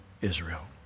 Israel